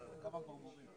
יש גם היעדר לרופאים לא עולים,